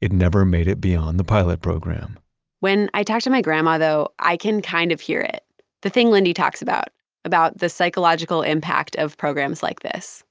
it never made it beyond the pilot program when i talked to my grandma though, i can kind of hear it the thing lindee talks about about the psychological impact of programs like this